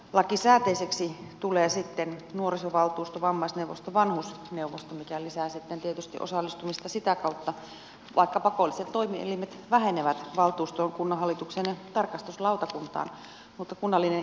lakisääteisiksi tulevat sitten nuorisovaltuusto vammaisneuvosto vanhusneuvosto mikä lisää sitten tietysti osallistumista sitä kautta vaikka pakolliset toimielimet vähenevät valtuustoon kunnanhallitukseen ja tarkastuslautakuntaan